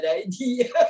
idea